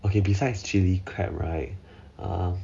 okay besides chill crab right uh